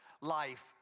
life